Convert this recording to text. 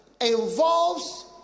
involves